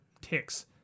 ticks